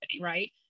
right